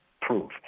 proof